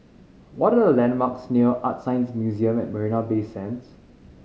what are the landmarks near Art Science Museum at Marina Bay Sands